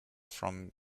from